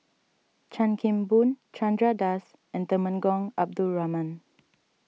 Chan Kim Boon Chandra Das and Temenggong Abdul Rahman